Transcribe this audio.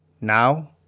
Now